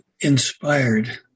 inspired